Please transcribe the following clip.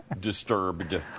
disturbed